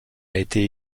été